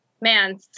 man